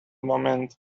moment